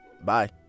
Bye